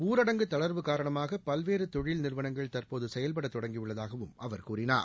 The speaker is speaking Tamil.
ஊரடங்கு தள்வு காரணமாக பல்வேறு தொழில் நிறுவளங்கள் தற்போது செயல்பட தொடங்கியுள்ளதாகவும் அவர் கூறினார்